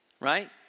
right